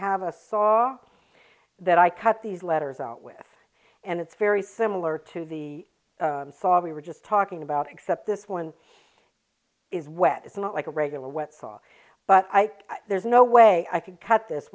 have a saw that i cut these letters out with and it's very similar to the song we were just talking about except this one is wet it's not like a regular wet saw but i there's no way i could cut this